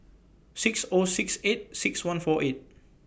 six O six eight six one four eight